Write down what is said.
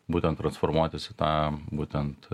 būtent transformuotis į tą būtent